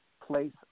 place